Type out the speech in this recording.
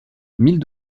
mille